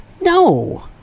No